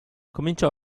cominciò